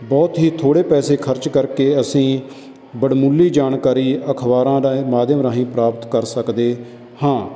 ਬਹੁਤ ਹੀ ਥੋੜ੍ਹੇ ਪੈਸੇ ਖਰਚ ਕਰਕੇ ਅਸੀਂ ਵਡਮੁੱਲੀ ਜਾਣਕਾਰੀ ਅਖਬਾਰਾਂ ਦਾ ਮਾਧਿਅਮ ਰਾਹੀਂ ਪ੍ਰਾਪਤ ਕਰ ਸਕਦੇ ਹਾਂ